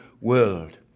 world